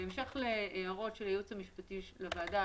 בהמשך להערות של הייעוץ המשפטי של הוועדה,